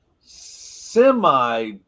semi